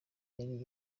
yari